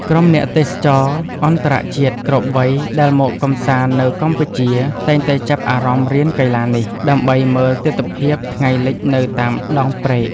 ក្រុមអ្នកទេសចរអន្តរជាតិគ្រប់វ័យដែលមកកម្សាន្តនៅកម្ពុជា តែងតែចាប់អារម្មណ៍រៀនកីឡានេះ ដើម្បីមើលទិដ្ឋភាពថ្ងៃលិចនៅតាមដងព្រែក។